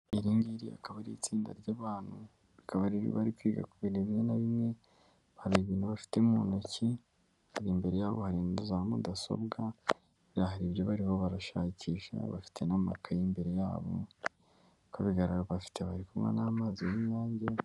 Iri ngiri akaba ari itsinda ry'abantu bakaba bari kwiga ku bintu bimwe na bimwe hari ibintu bafite mu ntoki hari imbere yabo hari za mudasobwa birahari ibyo abaho barashakisha bafite amakaye imbere yabo uko bigaragara bafite bari kunywa n'amazi y'inyange.